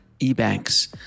ebanks